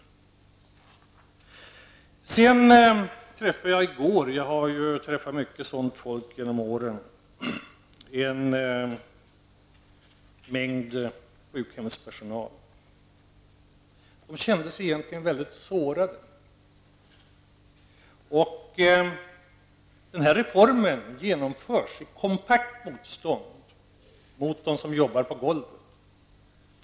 I går träffade jag en mängd sjukhemspersonal -- jag har ju träffat mycket sådant folk genom åren. Dessa människor kände sig egentligen mycket sårade. Den här reformen genomförs under kompakt motstånd från dem som jobbar på golvet.